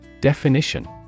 Definition